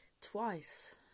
Twice